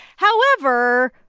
however,